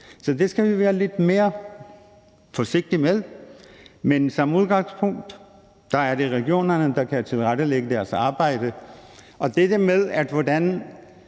Så det skal vi være lidt mere forsigtige med. Men som udgangspunkt er det regionerne, der kan tilrettelægge deres arbejde, som de vil. Hvordan